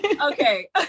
okay